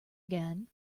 again